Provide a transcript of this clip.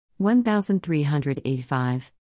1385